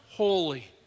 holy